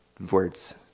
words